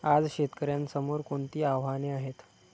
आज शेतकऱ्यांसमोर कोणती आव्हाने आहेत?